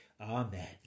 Amen